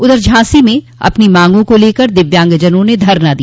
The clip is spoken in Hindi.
उधर झांसी में अपनी मांगों को लेकर दिव्यांगजनों ने धरना दिया